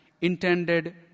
intended